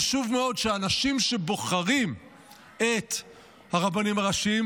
חשוב מאוד שהאנשים שבוחרים את הרבנים הראשיים